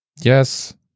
Yes